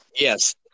yes